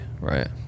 Right